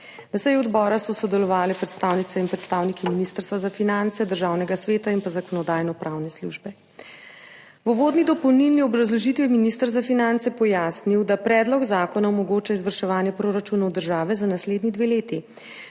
seji odbora so sodelovali predstavnice in predstavniki Ministrstva za finance, Državnega sveta in Zakonodajno-pravne službe. V uvodni dopolnilni obrazložitvi je minister za finance pojasnil, da predlog zakona omogoča izvrševanje proračunov države za naslednji dve leti.